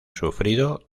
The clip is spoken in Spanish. sufrido